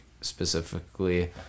specifically